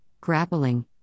grappling